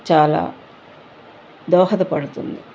చాలా దోహదపడుతుంది